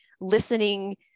listening